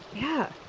yeah!